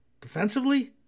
Defensively